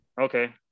Okay